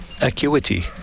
acuity